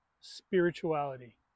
spirituality